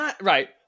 Right